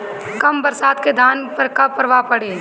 कम बरसात के धान पर का प्रभाव पड़ी?